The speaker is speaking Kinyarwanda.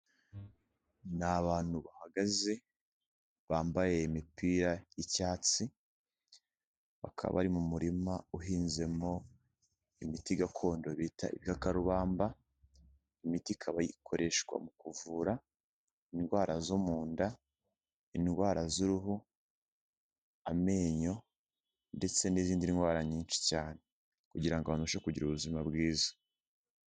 Ni abantu bahagaze bambaye imipira y'icyatsi, bakaba bari mu murima uhinzemo imiti gakondo bita ibikakarubamba, imiti ikaba ikoreshwa mu kuvura indwara zo mu nda, indwara z'uruhu, amenyo ndetse n'izindi ndwara nyinshi cyane, kugira ngo abantu dushobore kugira ubuzima bwiza.